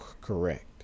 correct